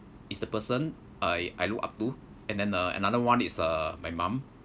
is the person I I look up to and then uh another one is uh my mum